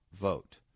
vote